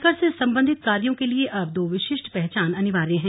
आयकर से संबंधित कार्यो के लिए अब दो विशिष्ट पहचान अनिवार्य हैं